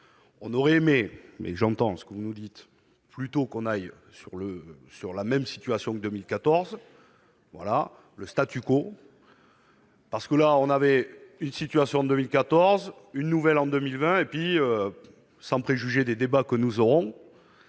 on aurait aimé, mais j'entends ce que vous nous dites plutôt qu'on aille sur le, sur la même situation que 2014, voilà le statu quo. Parce que là, on avait une situation d'2014 une nouvelle en 2020 et puis sans préjuger des débats que nous aurons